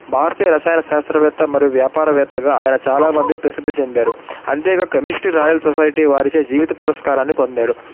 భారతీయ రసాయన శాస్త్రవేత్త మరియు వ్యాపారవేత్తగా ఆయన చాలా మంది ప్రసిద్ధి చెందారు అంతేకాక కెమిస్ట్రీ రాయల్ సొసైటీ వారిచే జీవిత పురస్కారాన్ని పొందారు